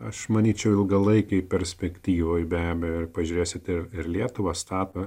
aš manyčiau ilgalaikėje perspektyvoje be abejo pažiūrėsite ir lietuva stato